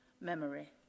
Memory